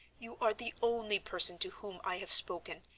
you are the only person to whom i have spoken,